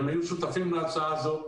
הם היו שותפים להצעה הזו.